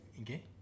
Okay